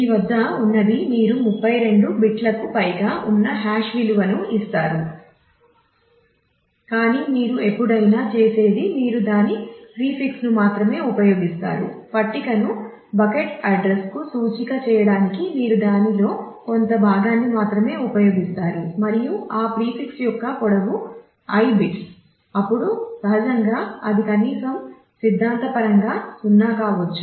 మీ వద్ద ఉన్నది మీరు 32 బిట్లలను ఉపయోగించుకునే వరకు ఉండవచ్చు